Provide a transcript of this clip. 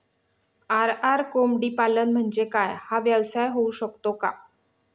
RR कोंबडीपालन म्हणजे काय? हा व्यवसाय होऊ शकतो का?